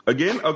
Again